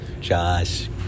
Josh